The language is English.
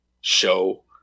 show